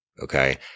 okay